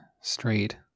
straight